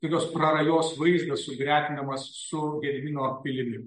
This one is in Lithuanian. kai tos prarajos vaizdas sugretinamas su gedimino pilimi